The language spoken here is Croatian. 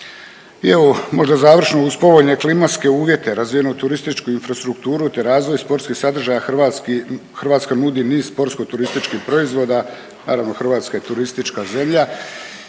I evo možda završno, uz povoljne klimatske uvjete, razvijenu turističku infrastrukturu te razvoj sportskih sadržaja Hrvatska nudi niz sportsko turističkih proizvoda, naravno Hrvatska je turistička zemlja